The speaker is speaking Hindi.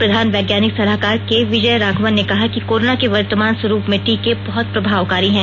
प्रधान वैज्ञानिक सलाहकार के विजय राघवन ने कहा कि कोरोना के वर्तमान स्वरूप में टीके बहत प्रभावकारी हैं